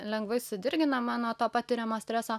lengvai sudirginama nuo to patiriamo streso